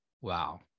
wow